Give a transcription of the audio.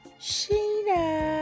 Sheena